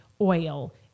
oil